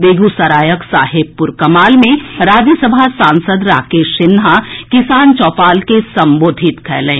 बेगूसरायक साहेबपुर कमाल मे राज्यसभा सांसद राकेश सिन्हा किसान चौपाल के संबोधित कयलनि